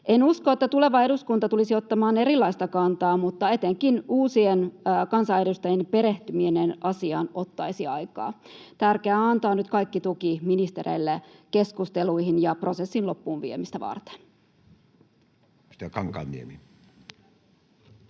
En usko, että tuleva eduskunta tulisi ottamaan erilaista kantaa, mutta etenkin uusien kansanedustajien perehtyminen asiaan ottaisi aikaa. Tärkeää on antaa nyt kaikki tuki ministereille keskusteluihin ja prosessin loppuun viemiseen.